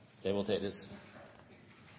det